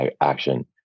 action